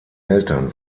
eltern